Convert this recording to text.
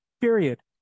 period